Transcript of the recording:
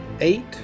eight